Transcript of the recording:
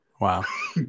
wow